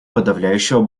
подавляющего